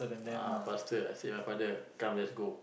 ah faster I said my father come let's go